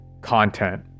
content